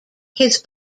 his